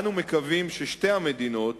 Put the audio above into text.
אנו מקווים ששתי המדינות,